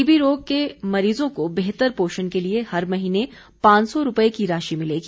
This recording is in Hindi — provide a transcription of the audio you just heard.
टीबी रोग के मरीजों को बेहतर पोषण के लिए हर महीने पांच सौ रुपये की राशि मिलेगी